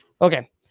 Okay